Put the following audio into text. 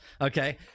okay